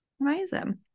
Amazing